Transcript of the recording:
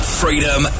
freedom